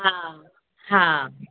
हा हा